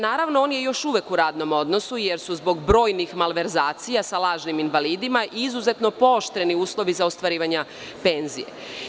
Naravno, on je još uvek u radnom odnosu, jer su zbog brojnih malverzacija sa lažnim invalidima izuzetno pooštreni uslovi za ostvarivanje penzija.